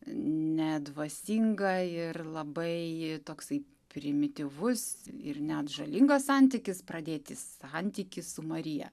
nedvasinga ir labai toksai primityvus ir net žalingas santykis pradėti santykį su marija